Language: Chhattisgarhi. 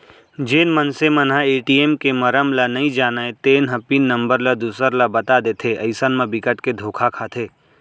जेन मनसे मन ह ए.टी.एम के मरम ल नइ जानय तेन ह पिन नंबर ल दूसर ल बता देथे अइसन म बिकट के धोखा खाथे